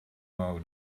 mode